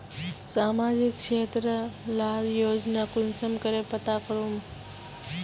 सामाजिक क्षेत्र लार योजना कुंसम करे पता करूम?